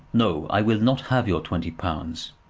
no i will not have your twenty pounds.